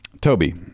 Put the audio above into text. Toby